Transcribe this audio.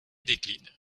décline